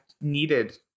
needed